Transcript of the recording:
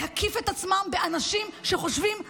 להקיף את עצמם באנשים שחושבים אחרת,